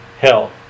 Hell